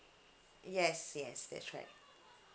yes yes that's right